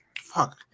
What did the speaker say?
Fuck